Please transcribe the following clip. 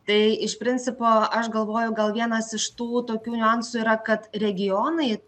tai iš principo aš galvoju gal vienas iš tų tokių niuansų yra kad regionai